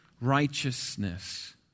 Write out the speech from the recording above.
righteousness